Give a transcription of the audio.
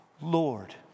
Lord